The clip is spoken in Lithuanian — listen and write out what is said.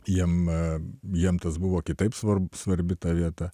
jiem jiems tas buvo kitaip svarbu svarbi ta vieta